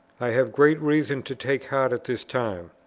i have great reason to take heart at this time.